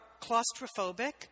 claustrophobic